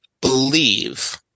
believe